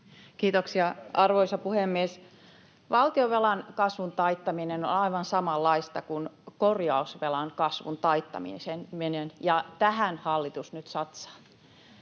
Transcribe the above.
Kiitoksia, arvoisa puhemies! Valtionvelan kasvun taittaminen on aivan samanlaista kuin korjausvelan kasvun taittaminen, ja tähän hallitus nyt satsaa